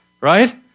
Right